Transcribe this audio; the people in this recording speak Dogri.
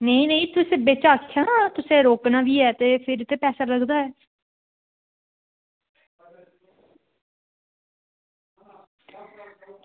नेईं नेईं तुस बिच आक्खेओ रोकना बी ऐ ते फिर पैसा लगदा ऐ